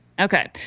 Okay